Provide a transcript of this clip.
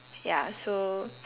ya so